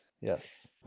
Yes